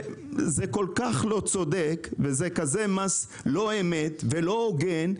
זה כל כך לא צודק; זה מס לא אמת ולא הוגן,